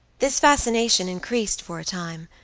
this fascination increased for a time,